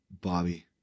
Bobby